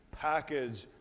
package